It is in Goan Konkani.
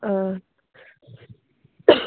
आं